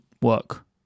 work